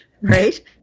right